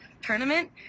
tournament